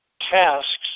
tasks